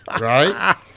Right